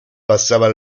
passava